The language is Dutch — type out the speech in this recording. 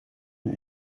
een